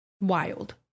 wild